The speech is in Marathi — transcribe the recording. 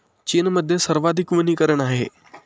चीनमध्ये सर्वाधिक वनीकरण आहे